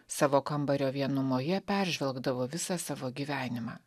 savo kambario vienumoje peržvelgdavo visą savo gyvenimą